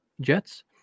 Jets